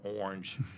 orange